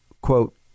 quote